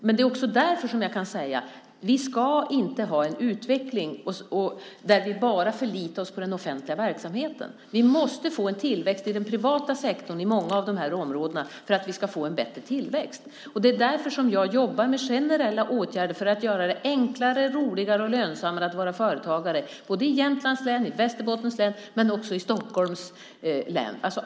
Men det är också därför som jag kan säga: Vi ska inte ha en utveckling där vi bara förlitar oss på den offentliga verksamheten. Vi måste få en tillväxt i den privata sektorn i många av de här områdena för att vi ska få en bättre tillväxt. Det är därför som jag jobbar med generella åtgärder: för att göra det enklare, roligare och lönsammare att vara företagare, både i Jämtlands län och i Västerbottens län men också i Stockholms län.